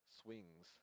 swings